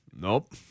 Nope